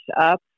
up